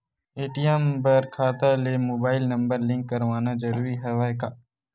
ATM बर खाता ले मुबाइल नम्बर लिंक करवाना ज़रूरी हवय का?